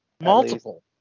Multiple